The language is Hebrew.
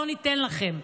לא ניתן לכם,